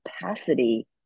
capacity